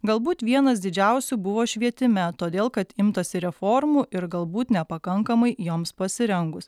galbūt vienas didžiausių buvo švietime todėl kad imtasi reformų ir galbūt nepakankamai joms pasirengus